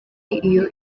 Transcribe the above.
iyo